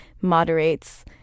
moderates